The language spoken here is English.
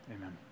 Amen